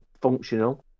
functional